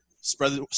Spread